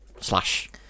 slash